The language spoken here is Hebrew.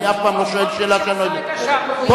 אני אף פעם לא שואל שאלה שאני לא יודע, כל